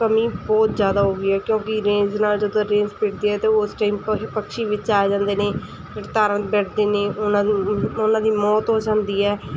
ਕਮੀ ਬਹੁਤ ਜ਼ਿਆਦਾ ਹੋ ਗਈ ਹੈ ਕਿਉਂਕਿ ਰੇਜ਼ ਨਾਲ ਜਦੋਂ ਰੇਜ਼ ਫਿਰਦੀ ਹੈ ਅਤੇ ਉਸ ਟਾਈਮ ਪ ਪਕਸ਼ੀ ਵਿੱਚ ਆ ਜਾਂਦੇ ਨੇ ਫਿਰ ਤਾਰਾਂ ਡਰਦੇ ਨੇ ਉਹਨਾਂ ਦੀ ਉਹਨਾਂ ਦੀ ਮੌਤ ਹੋ ਜਾਂਦੀ ਹੈ